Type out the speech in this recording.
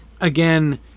again